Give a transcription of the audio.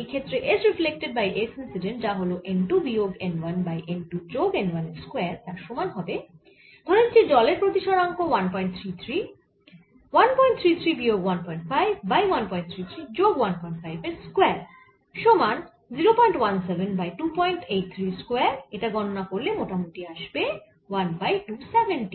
এই ক্ষেত্রে S reflected by S incident যা হল n 2 বিয়োগ n 1 বাই n 2 যোগ n 1 এর স্কয়ার তার সমান হবে ধরে নিচ্ছি জলের প্রতিসরাঙ্ক 133 133 বিয়োগ 15 বাই 133 যোগ 15 এর স্কয়ার সমান 017 বাই 283 এর স্কয়ার এটা গণনা করলে পাওয়া যাবে মোটামুটি 1 বাই